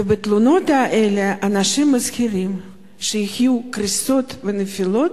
ובתלונות האלה אנשים מזהירים שיהיו קריסות ונפילות,